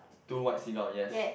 two white seagull yes